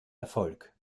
erfolg